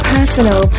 Personal